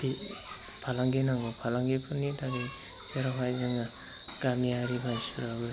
बे फालांगि नांगौ फालांगिफोरनि थाखाय जेरावहाय जोङो गामियारि मानसिफ्राबो